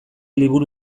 liburu